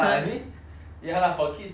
ya lah for kids to eat lah but